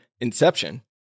Inception